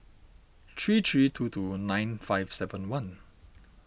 three three two two nine five seven one